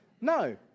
No